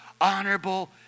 honorable